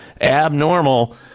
abnormal